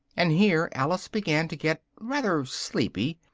and here alice began to get rather sleepy,